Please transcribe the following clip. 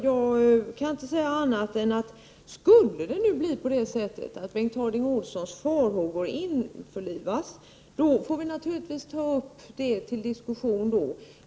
Jag kan inte säga annat än att skulle Bengt Harding Olsons farhågor infrias, får vi naturligtvis ta upp det till diskussion då.